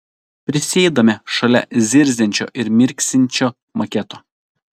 prisėdame šalia zirziančio ir mirksinčio maketo